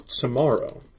Tomorrow